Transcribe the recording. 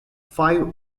five